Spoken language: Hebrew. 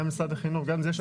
גם משרד החינוך גם יש אחריות,